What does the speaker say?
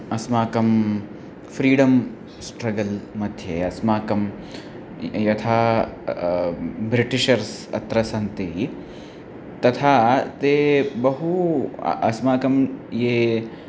अस्माकं freedom struggle मध्ये अस्माकं यथा ब्रिटिशर्स् अत्र सन्ति तथा ते बहु अस्माकं ये